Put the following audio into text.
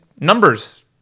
Numbers